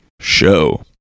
show